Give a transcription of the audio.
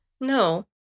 No